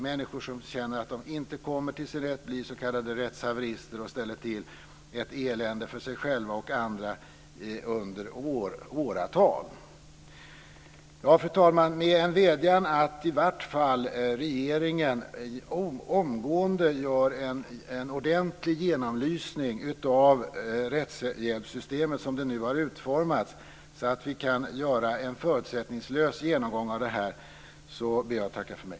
Människor som känner att de inte kommer till sin rätt blir s.k. rättshaverister och ställer till ett elände för sig själva och andra under åratal. Fru talman! Med en vädjan om att regeringen omgående gör en ordentlig genomlysning av rättshjälpssystemet som det nu har utformats, så att vi kan göra en förutsättningslös genomgång av detta, ber jag att få tacka för mig.